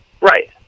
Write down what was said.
right